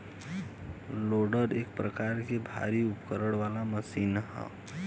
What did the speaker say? loader एक प्रकार के भारी उपकरण वाला मशीन ह